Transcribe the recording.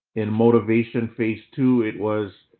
in motivation phase two it was,